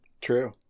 True